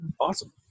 awesome